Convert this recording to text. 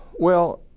well,